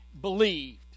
believed